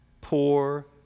Poor